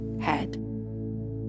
head